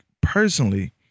personally